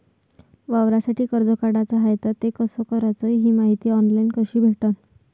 वावरासाठी कर्ज काढाचं हाय तर ते कस कराच ही मायती ऑनलाईन कसी भेटन?